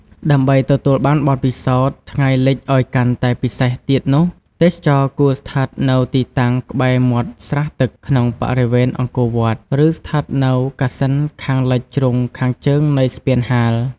ដើម្បីទទួលបានបទពិសោធថ្ងៃលិចឲ្យកាន់តែពិសេសទៀតនោះ ទេសចរគួរស្ថិតនៅទីតាំងក្បែរមាត់ស្រះទឹកក្នុងបរិវេណអង្គរវត្ត ឬស្ថិតនៅកសិណខាងលិចជ្រុងខាងជើងនៃស្ពានហាល។